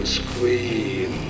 scream